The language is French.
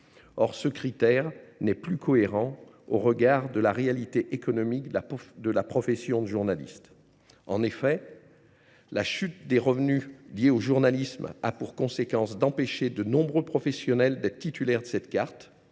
Or ce critère n’est plus cohérent au regard de la réalité économique de la profession de journaliste. En effet, la chute des revenus liés au journalisme a pour conséquence d’empêcher de nombreux professionnels d’être titulaires de cette carte.